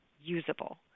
usable